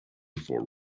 for